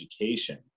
education